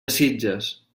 sitges